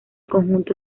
conjunto